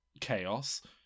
chaos